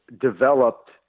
developed